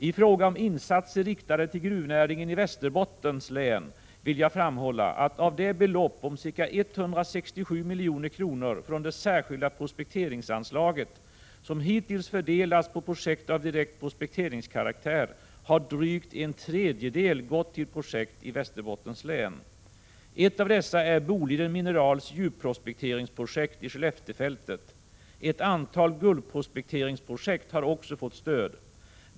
I fråga om insatser riktade till gruvnäringen i Västerbottens län vill jag framhålla att av det belopp om ca 167 milj.kr. från det särskilda prospekteringsanslaget, som hittills fördelats på projekt av direkt prospekteringskaraktär, har drygt en tredjedel gått till projekt i Västerbottens län. Ett av dessa är Boliden Minerals djupprospekteringsprojekt i Skelleftefältet. Ett antal guldprospekteringsprojekt har också fått stöd.